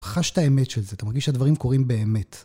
חש את האמת של זה, אתה מרגיש שהדברים קורים באמת.